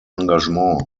engagement